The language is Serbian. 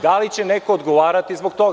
Da li će neko odgovarati zbog toga?